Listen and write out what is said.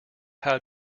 how